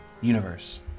universe